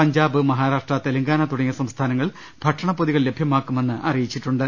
Punjab Maharashtra Telangana തുടങ്ങിയ സംസ്ഥാനങ്ങൾ ഭക്ഷണപ്പൊതികൾ ലഭ്യമാക്കു മെന്ന് അറിയിച്ചിട്ടുണ്ട്